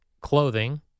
clothing